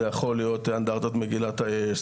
זה יכול להיות אנדרטת מגילת האש,